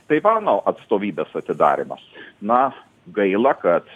taivano atstovybės atidarymas na gaila kad